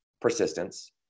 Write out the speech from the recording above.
persistence